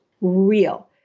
real